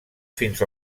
fins